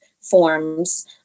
forms